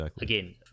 again